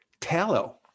tallow